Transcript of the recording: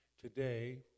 today